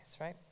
right